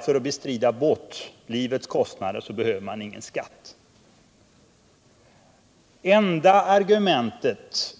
För att bestrida båtlivets kostnader behöver staten inte ta in någon skatt. Det enda argumentet